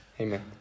Amen